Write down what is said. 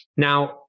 Now